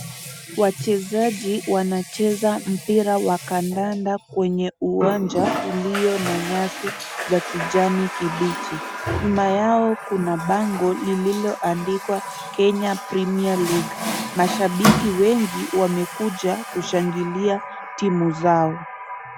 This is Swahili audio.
Wachezaji wanacheza mpira wa kandanda kwenye uwanja ulio na nyasi za kijani kibichi. Nyuma yao kuna bango lililoandikwa (cs) Kenya premier league(cs) mashabiki wengi wamekuja kushangilia timu zao.